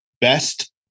best